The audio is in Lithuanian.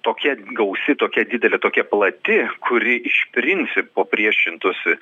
tokia gausi tokia didelė tokia plati kuri iš principo priešintųsi